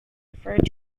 referred